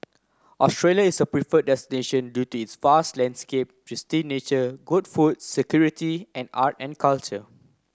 Australia is a preferred destination due to its vast landscape pristine nature good food security and art and culture